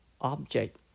Object